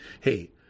Hey